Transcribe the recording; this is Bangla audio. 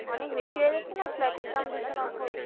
অনেক বেশি হয়ে যাচ্ছে না ফ্ল্যাটের দাম দুশো নব্বই